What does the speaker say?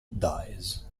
dies